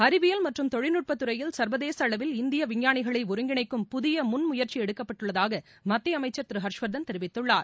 அறிவியல் மற்றும் தொழில்நுட்பத்துறையில் சர்வதேச அளவில் இந்தியா விஞ்ஞானிகளை ஒருங்கிணைக்கும் புதிய முன்முயற்சி எடுக்கப்பட்டுள்ளதாக மத்திய அமைச்சர் திரு ஹர்ஷவர்தன் தெரிவித்துள்ளார்